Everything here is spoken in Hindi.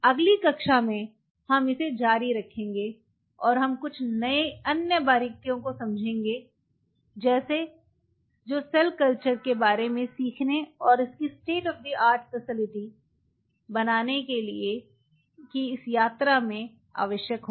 अगली कक्षा मे हम इसे जारी रखेंगे और हम कुछ अन्य बारीकियों को समझाएंगे जो सेल कल्चर के बारे में सीखने और इसकी स्टेट ऑफ़ आर्ट फैसिलिटी बनाने की इस यात्रा में आवश्यक होगी